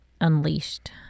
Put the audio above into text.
unleashed